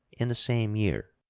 in the same year.